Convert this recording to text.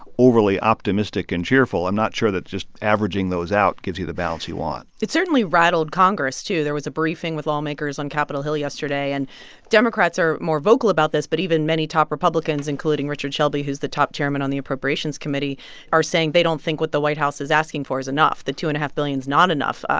overly optimistic and cheerful, i'm not sure that just averaging those out gives you the balance you want it certainly rattled congress, too. there was a briefing with lawmakers on capitol hill yesterday. and democrats are more vocal about this, but even many top republicans including richard shelby, who's the top chairman on the appropriations committee are saying they don't think what the white house is asking for is enough, that two and point five billion's not enough.